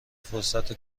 فرصت